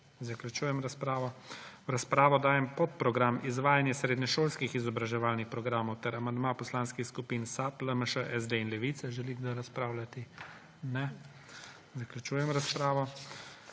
Zaključujem razpravo. V razpravo dajem podprogram Izvajanje srednješolskih izobraževalnih programov ter amandma poslanskih skupin SAB, LMŠ, SD in Levica. Želi kdo razpravljati? Ne. Zaključujem razpravo.